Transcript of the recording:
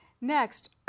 Next